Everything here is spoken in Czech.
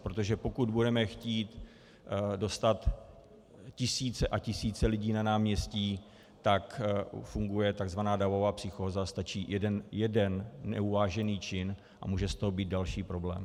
Protože pokud budeme chtít dostat tisíce a tisíce lidí na náměstí, tak funguje takzvaná davová psychóza, stačí jeden neuvážený čin a může z toho být další problém.